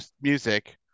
music